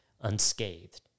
unscathed